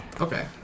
Okay